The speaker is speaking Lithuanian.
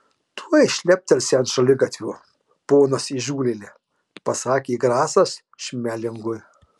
tuoj šleptelsi ant šaligatvio ponas įžūlėli pasakė grasas šmelingui